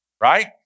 Right